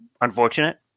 unfortunate